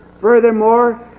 Furthermore